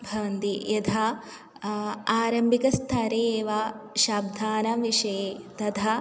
भवन्ति यथा आरम्भिकस्तरे एव शब्दानां विषये तथा